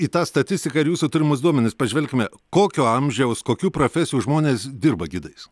į tą statistiką ir jūsų turimus duomenis pažvelkime kokio amžiaus kokių profesijų žmonės dirba gidais